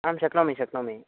अहं शक्नोमि शक्नोमि